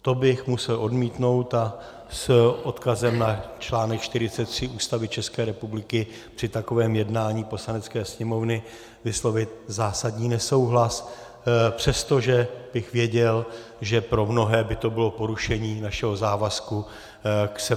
To bych musel odmítnout a s odkazem na článek 43 Ústavy České republiky při takovém jednání Poslanecké sněmovny vyslovit zásadní nesouhlas, přestože bych věděl, že pro mnohé by to bylo porušení našeho závazku k Severoatlantické smlouvě.